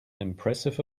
impressive